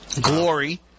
Glory